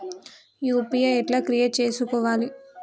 UPI ఎట్లా create చేసుకోవాలి?